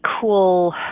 cool